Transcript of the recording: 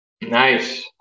Nice